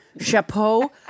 chapeau